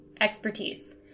expertise